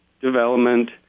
development